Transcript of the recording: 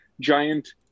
giant